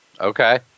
Okay